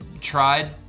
tried